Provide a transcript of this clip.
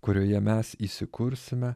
kurioje mes įsikursime